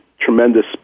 tremendous